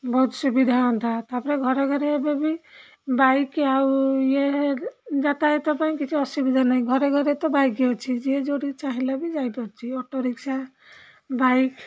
ବହୁତ ସୁବିଧା ହୁଅନ୍ତା ତା'ପରେ ଘରେ ଘରେ ଏବେ ବି ବାଇକ୍ ଆଉ ଇଏ ଯାତାୟତ ପାଇଁ କିଛି ଅସୁବିଧା ନାହିଁ ଘରେ ଘରେ ତ ବାଇକ୍ ଅଛି ଯିଏ ଯେଉଁଠି ଚାହିଁଲା ବି ଯାଇପାରୁଛି ଅଟୋ ରିକ୍ସା ବାଇକ୍